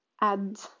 add